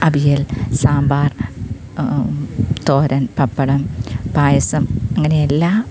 അവിയൽ സാമ്പാർ തോരൻ പപ്പടം പായസം അങ്ങനെ എല്ലാ